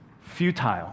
futile